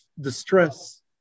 distress